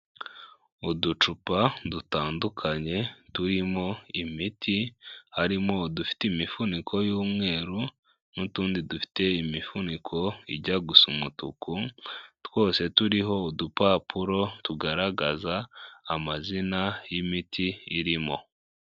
Uducupa dutandukanye turimo imiti, harimo udufite imifuniko y'umweru n'utundi dufite imifuniko ijya gusa umutuku, twose turiho udupapuro tugaragaza amazina y'imiti irimo.